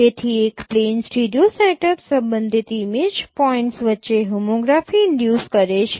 તેથી એક plain stereo set up સંબંધિત ઇમેજ પોઇન્ટ્સ વચ્ચે હોમોગ્રાફી ઈનડ્યુસ કરે છે